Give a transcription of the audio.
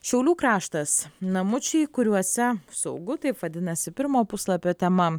šiaulių kraštas namučiai kuriuose saugu taip vadinasi pirmo puslapio tema